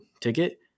ticket